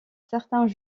certains